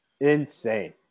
insane